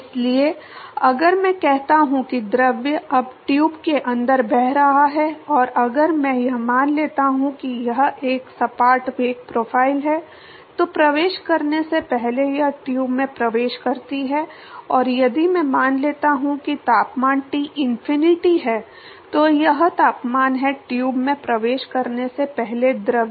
इसलिए अगर मैं कहता हूं कि द्रव अब ट्यूब के अंदर बह रहा है और अगर मैं यह मान लेता हूं कि यह एक सपाट वेग प्रोफ़ाइल है तो प्रवेश करने से पहले यह ट्यूब में प्रवेश करती है और यदि मैं मान लेता हूं कि तापमान T इनफिनिटी है तो यह तापमान है ट्यूब में प्रवेश करने से पहले द्रव